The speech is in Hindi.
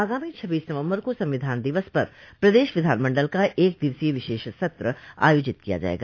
आगामी छब्बीस नवम्बर को संविधान दिवस पर प्रदेश विधानमंडल का एक दिवसीय विशेष सत्र आयोजित किया जायेगा